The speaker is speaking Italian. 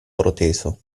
proteso